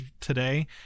today